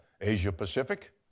Asia-Pacific